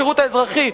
בשירות האזרחי.